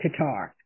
Qatar